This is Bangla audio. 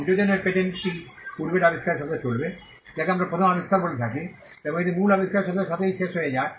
সংযোজনের পেটেন্টটি পূর্বের আবিষ্কারের সাথে চলবে যাকে আমরা প্রধান আবিষ্কার বলে থাকি এবং এটি মূল আবিষ্কারের সাথে সাথেই শেষ হয়ে যায়